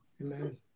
Amen